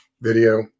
Video